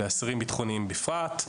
לאסירים בטחוניים בפרט,